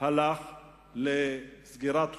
הלך לסגירת חובות,